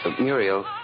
Muriel